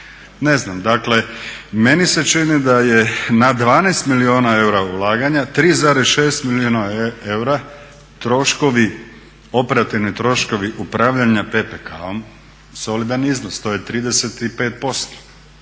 Ne znam. Dakle, meni se čini da je na 12 milijuna eura ulaganja 3,6 milijuna eura troškovi, operativni troškovi upravljanja …/Govornik se ne